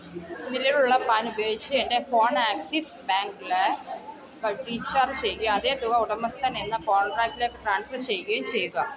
നിലവിലുള്ള പ്ലാൻ ഉപയോഗിച്ച് എൻ്റെ ഫോൺ ആക്സിസ് ബാങ്ക്ല് വഴി റീചാർജ് ചെയ്യുകയും അതേ തുക ഉടമസ്ഥൻ എന്ന കോൺടാക്റ്റിലേക്ക് ട്രാൻസ്ഫർ ചെയ്യുകയും ചെയ്യുക